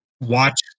watch